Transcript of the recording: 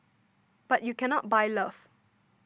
but you cannot buy love